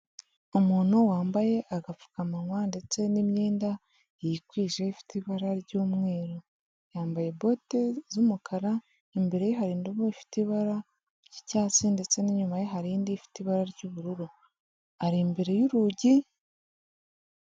Umuntu wambaye agapfukamunwa ndetse n'imyenda yikwije ifite ibara ry'umweru yambaye bote z'umukara imbere hari indubo ifite ibara ry'icyatsi, ndetse n'inyuma ye hari indi ifite ibara ry'ubururu ari imbere y'urugi.